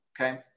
Okay